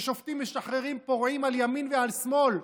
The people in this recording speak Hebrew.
שופטים משחררים פורעים על ימין ועל שמאל.